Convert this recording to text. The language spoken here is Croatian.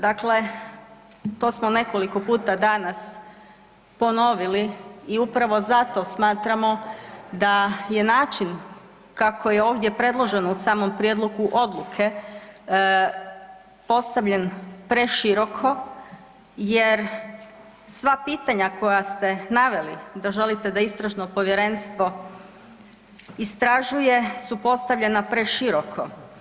Dakle, to smo nekoliko puta danas ponovili i upravo zato smatramo da je način kako je ovdje predloženo u samom prijedlogu odluke postavljen preširoko jer sva pitanja koja ste naveli da želite da istražno povjerenstvo istražuje su postavljena preširoko.